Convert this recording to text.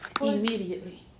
Immediately